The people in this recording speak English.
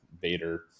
Bader